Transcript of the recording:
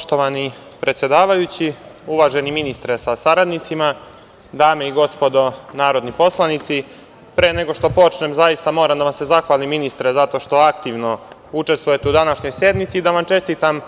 Poštovani predsedavajući, uvaženi ministre sa saradnicima, dame i gospodo narodni poslanici, pre nego što počnem zaista moram da vam se zahvalim, ministre, zato što aktivno učestvujete u današnjoj sednici i da vam čestitam